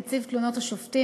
נציב תלונות הציבור על שופטים,